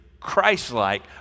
Christ-like